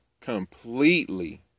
completely